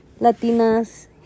Latinas